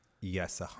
yes